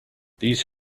these